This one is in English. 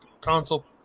console